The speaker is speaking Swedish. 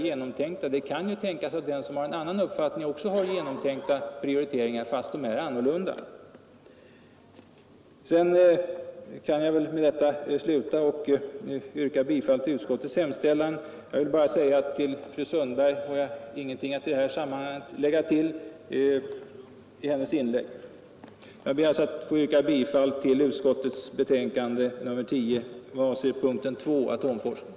Det kan ju hända att den som har en annan uppfattning än fru Hambraeus också har tänkt igenom saken, fastän prioriteringarna blivit annorlunda. Slutligen vill jag bara säga att till fru Sundbergs inlägg har jag i det här sammanhanget ingen kommentar att göra. Jag ber att få yrka bifall till utskottets hemställan under punkten 2, Atomforskning.